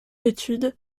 d’étude